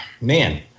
man –